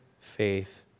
faith